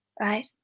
right